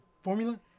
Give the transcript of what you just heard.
formula